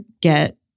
get